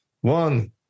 One